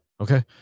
okay